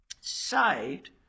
Saved